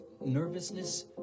nervousness